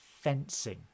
fencing